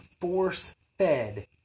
force-fed